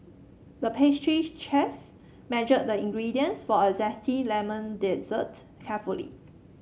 the pastry chef measured the ingredients for a zesty lemon dessert carefully